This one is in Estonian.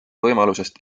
võimalusest